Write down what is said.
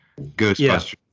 Ghostbusters